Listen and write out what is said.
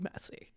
messy